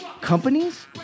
companies